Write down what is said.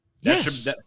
Yes